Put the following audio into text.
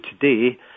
today